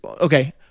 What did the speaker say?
okay